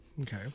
Okay